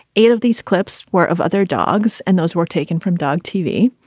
eight of these clips were of other dogs and those were taken from dog tv.